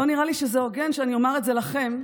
לא נראה לי שזה הוגן שאני אומר את זה לכם,